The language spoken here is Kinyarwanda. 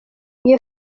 iyo